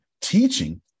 teaching